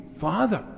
father